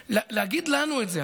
להגיד לנו את זה.